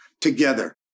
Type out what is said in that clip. together